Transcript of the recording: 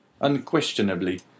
Unquestionably